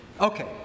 Okay